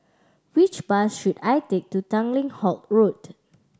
which bus should I take to Tanglin Halt Road